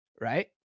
right